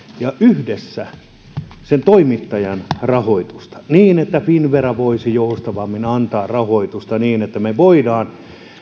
ja toimittajan rahoitusta niin että finnvera voisi joustavammin antaa rahoitusta jotta voimme